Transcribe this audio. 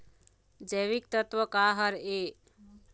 जैविकतत्व का हर ए?